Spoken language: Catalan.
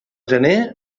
gener